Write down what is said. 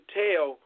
tell